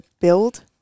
build